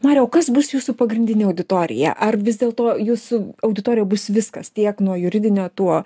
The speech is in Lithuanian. mariau kas bus jūsų pagrindinė auditorija ar vis dėl to jūsų auditorija bus viskas tiek nuo juridinio tuo